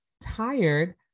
tired